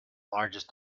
largest